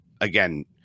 again